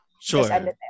Sure